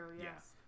yes